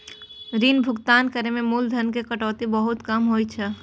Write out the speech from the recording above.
ऋण भुगतान मे मूलधन के कटौती बहुत कम होइ छै